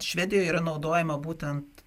švedijoj yra naudojama būtent